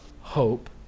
hope